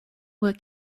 were